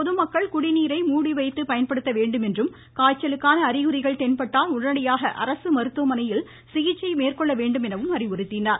பொதுமக்கள் குடிநீரை மூடிவைத்து பயன்படுத்த வேண்டும் என்றும் காய்ச்சலுக்கான அறிகுறிகள் தென்பட்டால் உடனடியாக அரசு மருத்துவமனையில் சிகிச்சை மேற்கொள்ள வேண்டும் என அறிவுறுத்தினார்